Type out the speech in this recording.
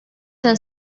ten